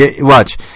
watch